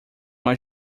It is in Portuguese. mais